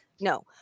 No